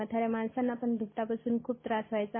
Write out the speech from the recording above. म्हाताऱ्या माणसांना पण धूपटा पासून खूप त्रास व्हायचा